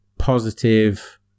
Positive